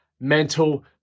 mental